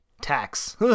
tax